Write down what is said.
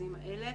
מכרזים אלו.